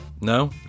No